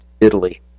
Italy